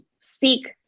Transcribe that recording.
speak